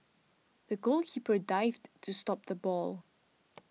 the goalkeeper dived to stop the ball